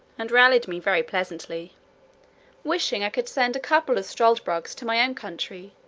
and rallied me very pleasantly wishing i could send a couple of struldbrugs to my own country,